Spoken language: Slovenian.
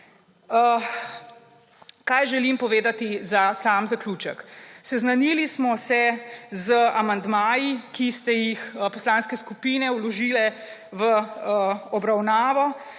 Kaj želim povedati za zaključek? Seznanili smo se z amandmaji, ki ste jih poslanske skupine vložile v obravnavo.